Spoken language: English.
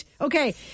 Okay